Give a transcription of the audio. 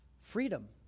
freedom